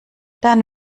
dann